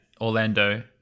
orlando